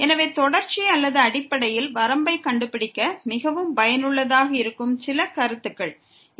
எனவே தொடர்ச்சி அல்லது அடிப்படையில் வரம்பைக் கண்டுபிடிக்க மிகவும் பயனுள்ளதாக இருக்கும் சில கருத்துக்கள் இருக்கின்றன